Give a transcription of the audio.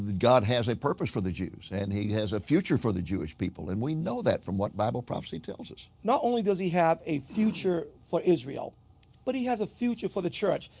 god has a purpose for the jews. and he has a future for the jewish people. and we know that from what bible prophecy tells us. not only does he have a future for israel but he has a future for the church.